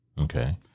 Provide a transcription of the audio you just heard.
Okay